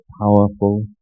powerful